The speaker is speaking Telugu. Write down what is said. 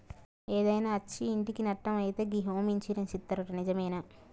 ఏదైనా అచ్చి ఇంటికి నట్టం అయితే గి హోమ్ ఇన్సూరెన్స్ ఇత్తరట నిజమేనా